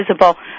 visible